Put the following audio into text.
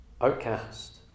Outcast